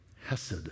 hesed